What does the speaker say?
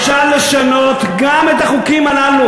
אפשר לשנות גם את החוקים הללו.